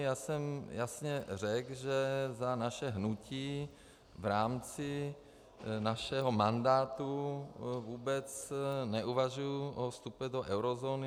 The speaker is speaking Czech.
Já jsem jasně řekl, že za naše hnutí v rámci našeho mandátu vůbec neuvažuji o vstupu do eurozóny.